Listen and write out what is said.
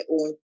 own